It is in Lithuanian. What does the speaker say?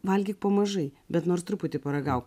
valgyk po mažai bet nors truputį paragauk